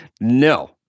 No